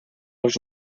els